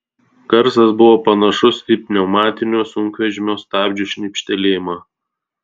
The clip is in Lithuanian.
garsas buvo panašus į pneumatinių sunkvežimio stabdžių šnypštelėjimą